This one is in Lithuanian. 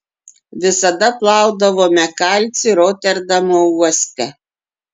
visada plaudavome kalcį roterdamo uoste